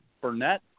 Burnett